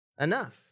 enough